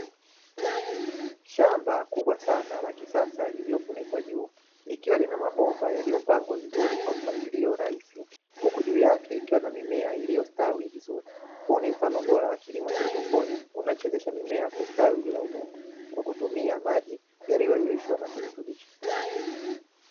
Shamba kubwa sana la kisasa lililofunikwa juu likiwa na mabomba yaliyopangwa vizuri kwa mpangilio rahisi huku juu yake ikiwa na mimea iliyostawi vizuri. Huu ni mfano bora wa kilimo cha haidroponi unaowezesha mimea kustawi bila udongo kwa kutumia maji yaliyoyeyushwa na virutubisho.